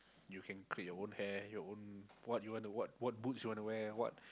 you can create your own hair your own what you want to what what boots you want to wear what